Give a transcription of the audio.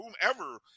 whomever